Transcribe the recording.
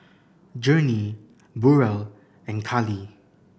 Journey Burrel and Kali